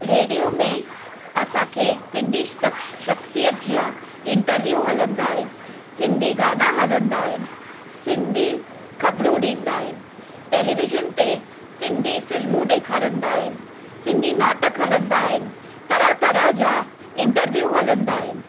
radio में असांखे सिंधी सक्श शख़्सियत जा इंटरव्यू हलंदा आहिनि सिंधी गाना हलंदा आहिनि सिंधी ख़बरूं ॾींदा आहिनि टेलिविजन ते सिंधी फिल्मूं ॾेखारंदा आहिनि सिंधी नाटक हलंदा आहिनि तरह तरह जा इंटरव्यू हलंदा आहिनि